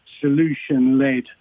solution-led